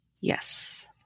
Yes